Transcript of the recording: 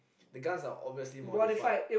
the guns are obviously modified